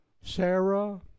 Sarah